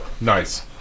Nice